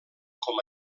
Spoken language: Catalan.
com